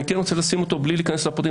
אני כן רוצה לשים אותו בלי להיכנס לפרטים,